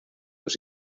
los